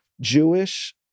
Jewish